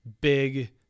big